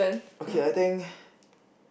okay I think